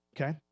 okay